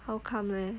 how come leh